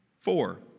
Four